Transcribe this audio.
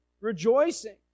rejoicing